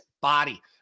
body